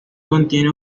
contiene